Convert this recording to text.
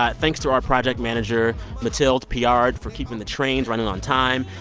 ah thanks to our project manager mathilde piard for keeping the trains running on time.